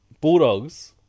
Bulldogs